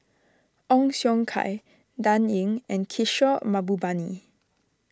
Ong Siong Kai Dan Ying and Kishore Mahbubani